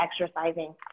exercising